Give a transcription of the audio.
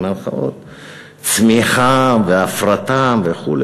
צמיחה והפרטה וכו',